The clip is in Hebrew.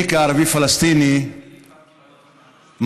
אני כערבי פלסטיני מביט